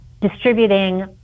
distributing